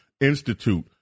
institute